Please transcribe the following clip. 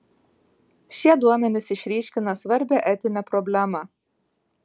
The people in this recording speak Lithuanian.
šie duomenys išryškina svarbią etinę problemą